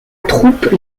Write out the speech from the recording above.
troupe